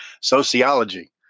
Sociology